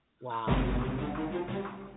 Wow